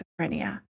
schizophrenia